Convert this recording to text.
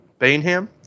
Bainham